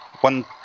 One